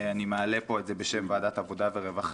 אני מעלה את זה פה בשם ועדת העבודה והרווחה,